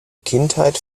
kindheit